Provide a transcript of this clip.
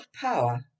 power